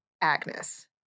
Agnes